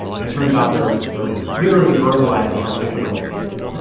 and it turns out they're they're literally verbalizing how difficult it is